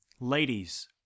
ladies